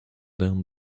down